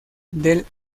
del